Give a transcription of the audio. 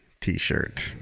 t-shirt